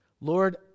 Lord